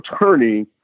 attorney